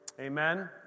Amen